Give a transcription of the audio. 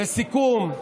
לסיכום,